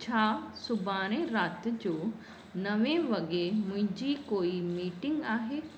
छा सुभाणे राति जो नवे वॻे मुंहिंजी कोई मीटिंग आहे